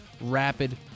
rapid